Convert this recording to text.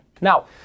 Now